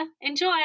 Enjoy